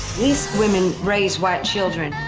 these women raise white children.